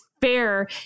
Fair